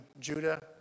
Judah